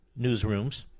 newsrooms